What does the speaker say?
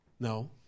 No